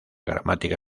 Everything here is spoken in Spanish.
gramática